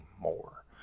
more